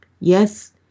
Yes